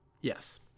Yes